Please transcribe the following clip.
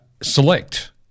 select